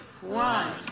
one